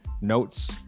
notes